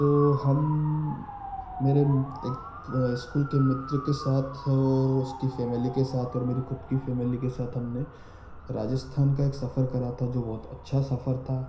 तो हम मेरे एक स्कूल के मित्र के साथ और उसकी फ़ैमिली के साथ और मेरी ख़ुद की फ़ैमिली के साथ हमने राजस्थान का एक सफ़र करा था जो बहुत अच्छा सफ़र था